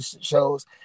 shows